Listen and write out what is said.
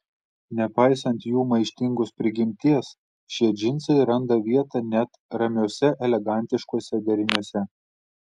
nepaisant jų maištingos prigimties šie džinsai randa vietą net ramiuose elegantiškuose deriniuose